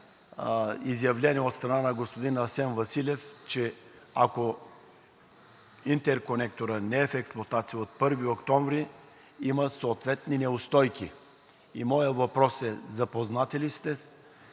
изявление от страна на господин Асен Василев, че ако интерконекторът не е в експлоатация от 1 октомври, има съответни неустойки. И моят въпрос е: запознати ли сте